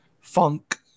funk